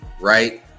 right